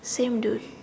same dude